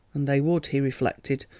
and they would, he reflected,